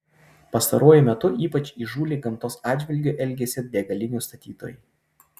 pastaruoju metu ypač įžūliai gamtos atžvilgiu elgiasi degalinių statytojai